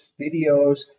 videos